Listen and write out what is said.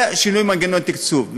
זה שינוי מנגנון תקצוב.